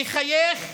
יחייך,